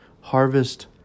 harvest